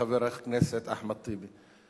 חבר הכנסת אחמד טיבי.